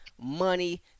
money